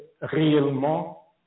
réellement